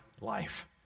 life